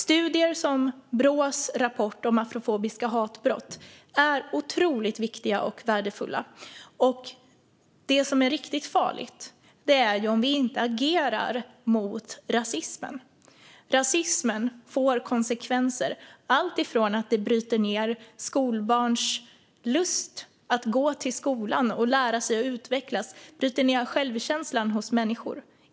Studier som Brås rapport om afrofobiska hatbrott är otroligt viktiga och värdefulla, och det som är riktigt farligt är ju om vi inte agerar mot rasismen. Rasismen får konsekvenser. Den bryter ned skolbarns lust att gå till skolan och lära sig och utvecklas, och den bryter ned självkänslan hos människor.